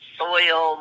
soil